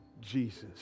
Jesus